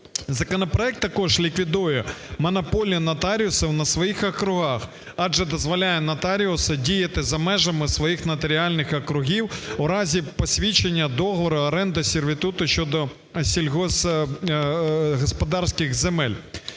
Законопроект також ліквідує монополію нотаріусів на своїх округах, адже дозволяє нотаріусу діяти за межами своїх нотаріальних округів у разі посвідчення договору оренди, сервітуту щодо сільськогосподарських земель.